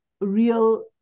real